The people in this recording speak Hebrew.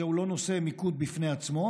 זהו לא נושא מיקוד בפני עצמו,